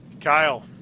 Kyle